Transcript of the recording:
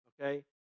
okay